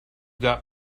got